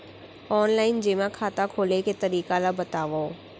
Online जेमा खाता खोले के तरीका ल बतावव?